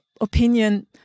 opinion